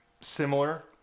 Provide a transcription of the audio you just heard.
similar